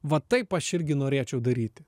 va taip aš irgi norėčiau daryti